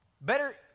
Better